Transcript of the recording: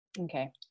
Okay